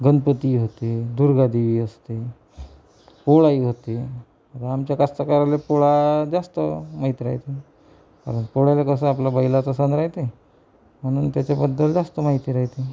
गणपती होते दुर्गादेवी असते पोळाही होते आमच्या कास्तकऱ्याला पोळा जास्त माहीत राहते पोळ्याला कसं आपलं बैलाचा सण राहते म्हणून त्याच्याबद्दल जास्त माहिती राहते